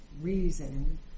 reason